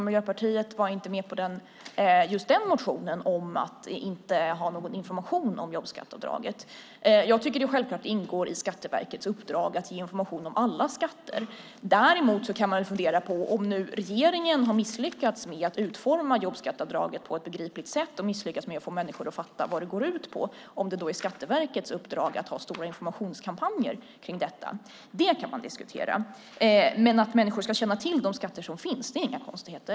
Miljöpartiet fanns inte med på just den motionen om att man inte skulle ha någon information om jobbskatteavdraget. Jag tycker självklart att det ingår i Skatteverkets uppdrag att ge information om alla skatter. Men om regeringen har misslyckats med att utforma jobbskatteavdraget på ett begripligt sätt och misslyckats med att få människor att fatta vad det går ut på kan man fundera på om det är Skatteverkets uppdrag att ha stora informationskampanjer om detta. Det kan man diskutera. Men när det gäller att människor ska känna till de skatter som finns är det inga konstigheter.